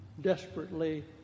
desperately